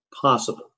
possible